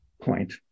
point